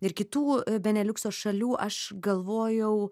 ir kitų beneliukso šalių aš galvojau